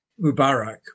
Mubarak